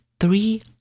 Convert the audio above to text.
three